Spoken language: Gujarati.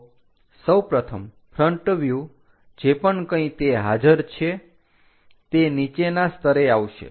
તો સૌપ્રથમ ફ્રન્ટ વ્યુહ જે પણ કંઇ તે હાજર છે તે નીચેના સ્તરે આવશે